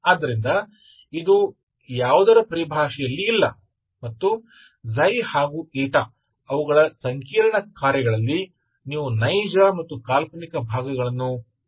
ಆದ್ದರಿಂದ ಇದು ಯಾವುದರ ಪರಿಭಾಷೆಯಲ್ಲಿಲ್ಲ ಮತ್ತು ಹಾಗು ಅವುಗಳ ಸಂಕೀರ್ಣ ಕಾರ್ಯಗಳಲ್ಲಿ ನೀವು ನೈಜ ಮತ್ತು ಕಾಲ್ಪನಿಕ ಭಾಗಗಳನ್ನು ಮಾತ್ರ ಆರಿಸುತ್ತೀರಿ